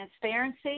transparency